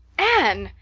anne!